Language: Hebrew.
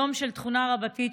יום של תכונה רבתי,